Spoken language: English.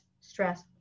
stress